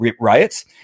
riots